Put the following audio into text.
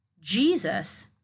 Jesus